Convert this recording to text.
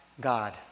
God